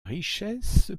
richesse